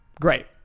great